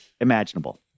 imaginable